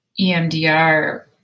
EMDR